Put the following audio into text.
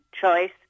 choice